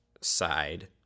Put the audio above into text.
side